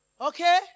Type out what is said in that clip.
Okay